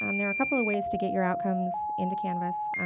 um there are a couple of ways to get your outcomes into canvas.